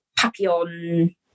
Papillon